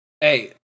Hey